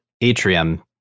Atrium